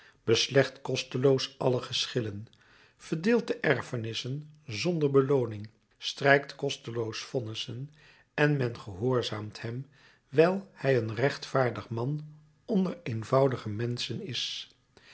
beslecht kosteloos alle geschillen verdeelt de erfenissen zonder belooning strijkt kosteloos vonnissen en men gehoorzaamt hem wijl hij een rechtvaardig man onder eenvoudige menschen is